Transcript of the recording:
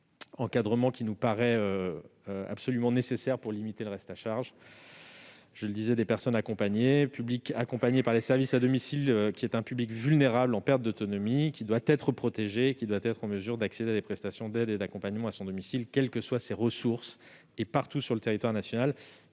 l'encadrement nous paraît absolument nécessaire pour limiter le reste à charge. Ainsi que je l'ai indiqué, le public accompagné par les services à domicile, qui est un public vulnérable et en perte d'autonomie, doit être protégé. Il doit pouvoir accéder à des prestations d'aide et d'accompagnement à son domicile, quelles que soient ses ressources et partout sur le territoire national.